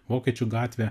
vokiečių gatvė